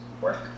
work